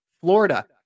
Florida